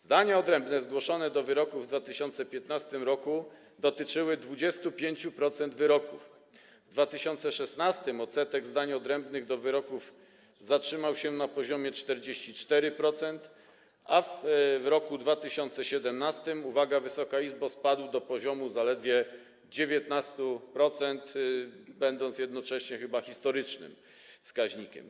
Zdania odrębne zgłoszone do wyroków w 2015 r. dotyczyły 25% wyroków, w 2016 ten odsetek zdań odrębnych do wyroków zatrzymał się na poziomie 44%, a w roku 2017, uwaga, Wysoka Izbo, spadł do poziomu zaledwie 19%, co stanowi jednocześnie chyba historyczny wskaźnik.